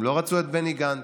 הם לא רצו את בני גנץ,